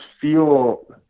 feel